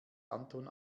anton